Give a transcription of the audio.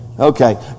Okay